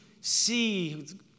see